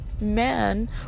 man